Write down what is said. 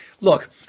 look